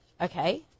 Okay